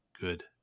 good